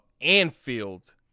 Anfield